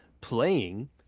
playing